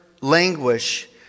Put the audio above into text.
languish